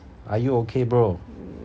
are you okay bro